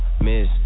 miss